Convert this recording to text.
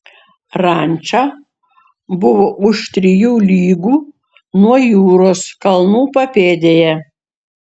ranča buvo už trijų lygų nuo jūros kalnų papėdėje